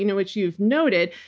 you know which you've noted,